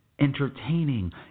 Entertaining